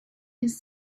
his